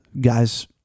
guys